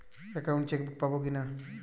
Account chequebook পাবো কি না?